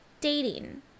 dating